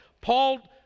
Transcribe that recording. Paul